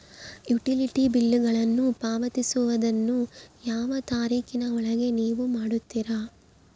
Utility ಬಿಲ್ಲುಗಳನ್ನು ಪಾವತಿಸುವದನ್ನು ಯಾವ ತಾರೇಖಿನ ಒಳಗೆ ನೇವು ಮಾಡುತ್ತೇರಾ?